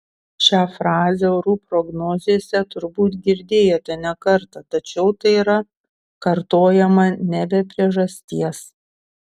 šią frazę orų prognozėse turbūt girdėjote ne kartą tačiau tai yra kartojama ne be priežasties